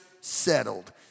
settled